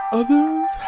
others